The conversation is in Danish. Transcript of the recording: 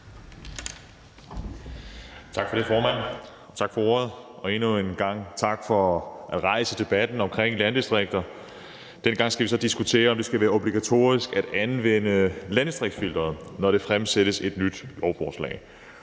Tak for det, formand. Tak for ordet, og endnu en gang tak for at rejse debatten omkring landdistrikter. Denne gang skal vi så diskutere, om det skal være obligatorisk at anvende landdistriktsfilteret, når der fremsættes et nyt lovforslag.